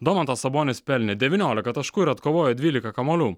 domantas sabonis pelnė devyniolika taškų ir atkovojo dvylika kamuolių